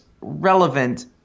relevant